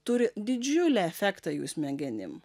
turi didžiulį efektą jų smegenim